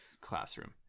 classroom